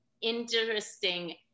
interesting